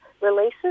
releases